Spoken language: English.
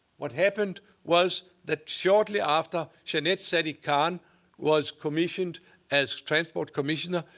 what happened was that shortly after, janette sadik-khan was commissioned as transport commissioner.